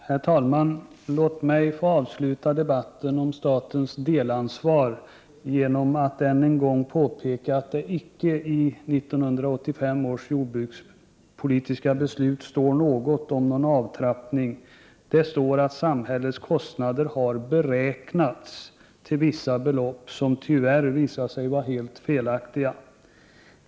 Herr talman! Låt mig få avsluta debatten om statens delansvar genom att än en gång påpeka att det icke i 1985 års jordbrukspolitiska beslut står någonting om en avtrappning. Det står att statens kostnader har beräknats 54 till ett visst belopp, som tyvärr visat sig vara helt felaktigt.